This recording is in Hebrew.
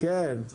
יש